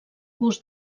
gust